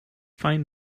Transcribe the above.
find